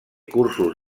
cursos